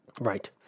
Right